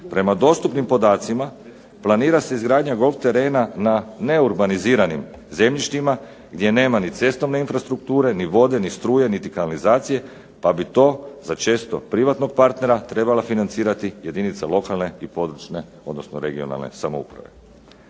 Prema dostupnim podacima, planira se izgradnja golf terena na neurbaniziranim zemljištima, gdje nema ni cestovne infrastrukture, ni vode, ni struje, niti kanalizacije, pa bi to za često privatnog partnera trebala financirati jedinica lokalne i područne, odnosno regionalne samouprave.